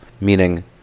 Meaning